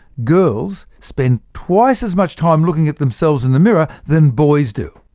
girls spend twice as much time looking at themselves in the mirror than boys do.